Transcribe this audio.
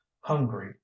hungry